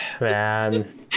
man